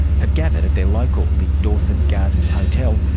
have gathered at their local, the dorset gardens hotel,